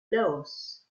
laos